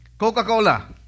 Coca-Cola